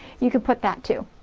you can put that too.